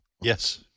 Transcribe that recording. Yes